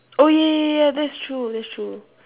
oh ya ya ya ya that's true that's true